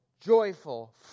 joyful